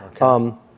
okay